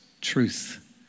truth